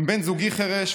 גם בן זוגי חירש,